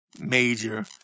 major